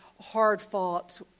hard-fought